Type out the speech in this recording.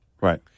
Right